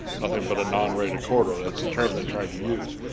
nothing but a non-rated corridor. that's the term they tried to use.